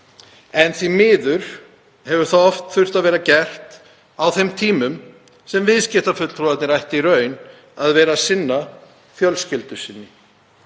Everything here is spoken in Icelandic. en því miður hefur það oft verið gert á þeim tímum sem viðskiptafulltrúarnir ættu í raun að vera að sinna fjölskyldu sinni